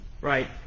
Right